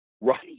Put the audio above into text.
Right